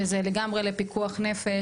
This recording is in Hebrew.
וזה לגמרי לפיקוח נפש,